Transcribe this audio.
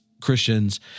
Christians